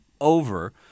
over